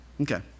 Okay